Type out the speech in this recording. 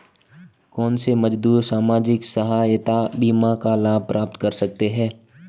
कौनसे मजदूर सामाजिक सहायता बीमा का लाभ प्राप्त कर सकते हैं?